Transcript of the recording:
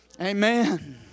Amen